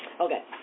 Okay